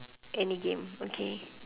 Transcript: any game okay